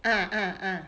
ah ah ah